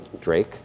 Drake